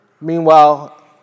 Meanwhile